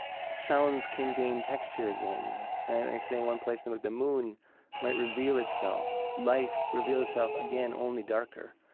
sounds can gain texture again and i say one place the moon might reveal itself, life reveal itself again, only darker.